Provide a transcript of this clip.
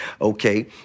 Okay